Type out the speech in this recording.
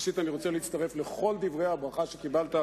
ראשית אני רוצה להצטרף לכל דברי הברכה שקיבלת,